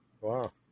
Wow